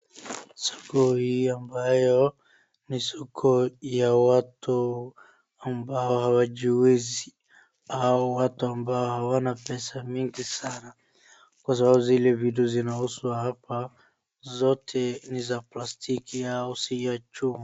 Soko hii ambayo ni soko ya watu ambao hawajiwezi, hao watu ambao hawana pesa mingi sana, kwa sababu zile vitu zinauzwa hapa, zote ni za plastiki au si ya chuma.